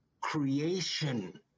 creation